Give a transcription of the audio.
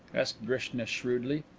asked drishna shrewdly.